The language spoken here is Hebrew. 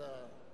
אתה,